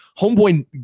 Homeboy